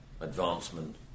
advancement